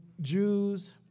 Jews